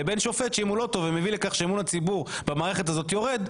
לבין שופט שאם הוא לא טוב ומביא לכך שאמון הציבור במערכת הזאת יורד,